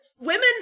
women